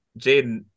Jaden